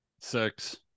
six